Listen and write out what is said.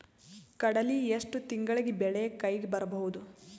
ಕಡಲಿ ಎಷ್ಟು ತಿಂಗಳಿಗೆ ಬೆಳೆ ಕೈಗೆ ಬರಬಹುದು?